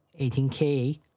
18K